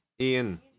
Ian